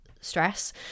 stress